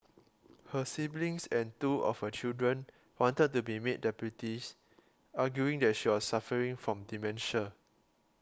her siblings and two of her children wanted to be made deputies arguing that she was suffering from dementia